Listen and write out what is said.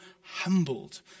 humbled